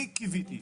אני קיוויתי,